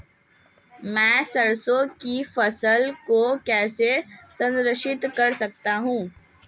मैं सरसों की फसल को कैसे संरक्षित कर सकता हूँ?